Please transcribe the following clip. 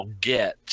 get